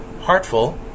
heartful